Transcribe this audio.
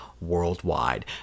worldwide